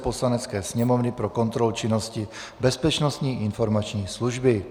Poslanecké sněmovny pro kontrolu činnosti Bezpečnostní informační služby